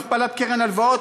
הכפלת קרן הלוואות,